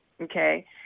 Okay